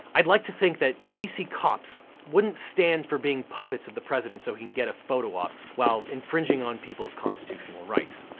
i'd like to think that dc cops wouldn't stand for being puppets of the president so he can get a photo op while infringing on people's constitutional rights.